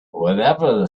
whatever